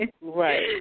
right